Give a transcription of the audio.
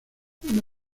una